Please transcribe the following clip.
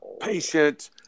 patient